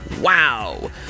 Wow